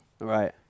right